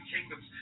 Kingdoms